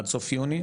עד סוף יוני?